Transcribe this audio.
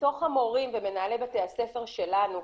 מתוך המורים ומנהלי בתי הספר שלנו,